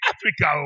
Africa